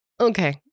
okay